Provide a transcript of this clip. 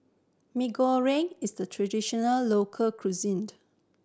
Mee Goreng is a traditional local cuisine